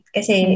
Kasi